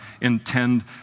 intend